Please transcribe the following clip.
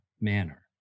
manner